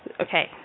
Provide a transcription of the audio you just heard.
Okay